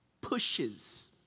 pushes